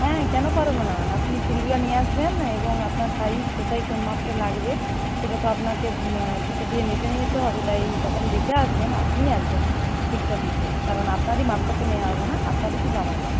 হ্যাঁ কেন পারবো না আপনি ছিটগুলা নিয়ে আসবেন এবং আপনার সাইজ কোথায় কোন মাপটা লাগবে সেটা তো আপনাকে ফিতে দিয়ে মেপে নিয়ে যেতে হবে তাই যখন দিতে আসবেন আপনিই আসবেন ছিটটা দিতে কারণ আপনারই মাপটা তো নেওয়া হবে না আপনারই তো জামাটা